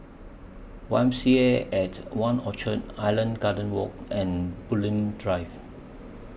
Y M C A At one Orchard Island Gardens Walk and Bulim Drive